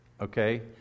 okay